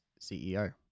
CEO